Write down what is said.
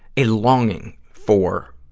a longing for,